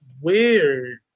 weird